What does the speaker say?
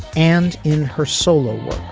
and in her solo